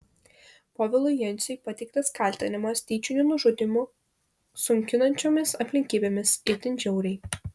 povilui jenciui pateiktas kaltinimas tyčiniu nužudymu sunkinančiomis aplinkybėmis itin žiauriai